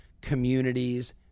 communities